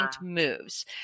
moves